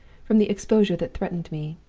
from the exposure that threatened me.